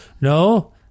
no